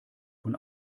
von